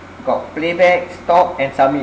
got playback stop and submit